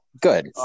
Good